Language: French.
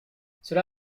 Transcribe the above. cela